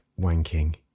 wanking